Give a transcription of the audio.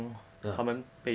ah